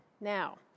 Now